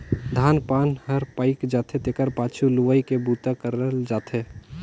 धान पान हर पायक जाथे तेखर पाछू लुवई के बूता करल जाथे